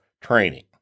training